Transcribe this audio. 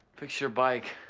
fixed your bike.